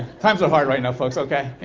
times are hard right now folks ok,